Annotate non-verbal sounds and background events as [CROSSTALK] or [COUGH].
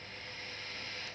[BREATH]